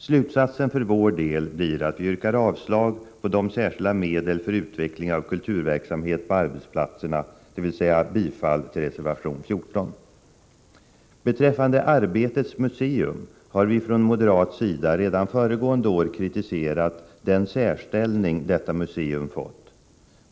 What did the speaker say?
Slutsatsen för vår del blir att vi yrkar avslag när det gäller de särskilda medlen för utveckling av kulturverksamhet på arbetsplatserna, dvs. bifall till reservation 14. Beträffande Arbetets museum har vi från moderat sida redan föregående år kritiserat den särställning detta museum fått.